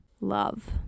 love